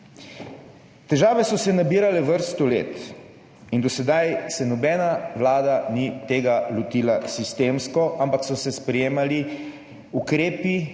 Težave so se nabirale vrsto let in do sedaj se nobena vlada ni tega lotila sistemsko, ampak so se sprejemali ukrepi,